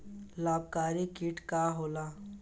लाभकारी कीट का होला?